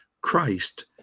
Christ